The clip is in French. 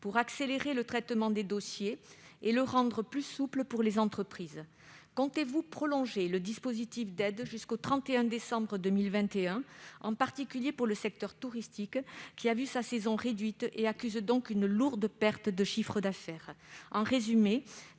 pour accélérer le traitement des dossiers et le rendre plus souple pour les entreprises ? Comptez-vous prolonger le dispositif d'aides jusqu'au 31 décembre 2021, en particulier pour le secteur touristique, qui a vu sa saison réduite, et accuse donc une lourde perte de chiffre d'affaires ?